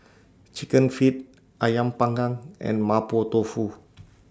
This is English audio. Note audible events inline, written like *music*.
Chicken Feet Ayam Panggang and Mapo Tofu *noise*